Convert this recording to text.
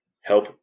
help